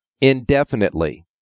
indefinitely